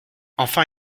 enfin